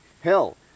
Hell